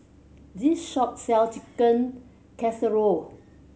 this shop sell Chicken Casserole